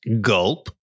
Gulp